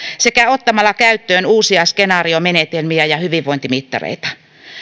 sekä ottamalla käyttöön uusia skenaariomenetelmiä ja hyvinvointimittareita